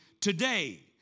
today